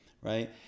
right